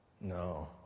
No